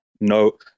no